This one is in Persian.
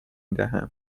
دهم